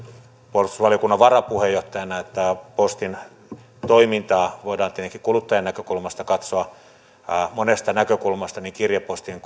puolustusvaliokunnan varapuheenjohtajana että postin toimintaa voidaan tietenkin kuluttajan näkökulmasta katsoa monesta näkökulmasta niin kirjepostin